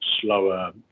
slower